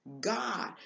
God